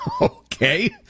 Okay